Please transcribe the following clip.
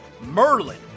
Merlin